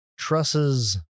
trusses